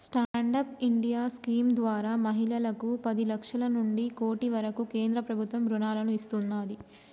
stand up India scheme ద్వారా మహిళలకు పది లక్షల నుంచి కోటి వరకు కేంద్ర ప్రభుత్వం రుణాలను ఇస్తున్నాది